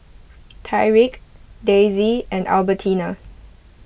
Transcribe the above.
Tyrik Daisy and Albertina